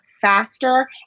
faster